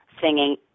singing